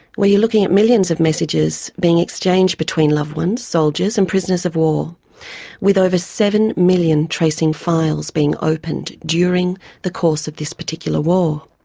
we're looking at millions of messages being exchanged between loved ones, soldiers and prisoners-of-war. with over seven million tracing files being opened during the course of this particular war.